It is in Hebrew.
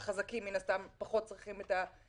והחזקים מן הסתם פחות צריכים את ההגנה,